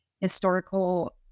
historical